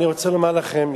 אני רוצה לומר לכם,